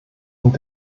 und